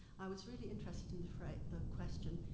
i was really interested in the phra, the question,